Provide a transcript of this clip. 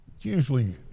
usually